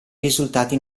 risultati